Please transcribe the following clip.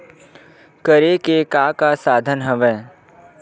करे के का का साधन हवय?